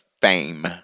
fame